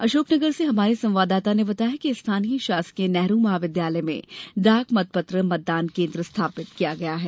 अशोकनगर से हमारे संवाददाता ने बताया है कि स्थानीय शासकीय नेहरू महाविद्यालय में डाक मत पत्र मतदान केन्द्र स्थापित किया गया है